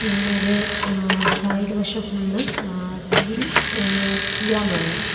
പിന്നത് സൈഡ് വശം ഫുള്ള് കീറി കീറാന് തുടങ്ങി